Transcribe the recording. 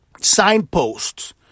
signposts